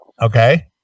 Okay